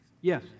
Yes